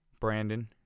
Brandon